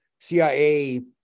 CIA